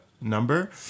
number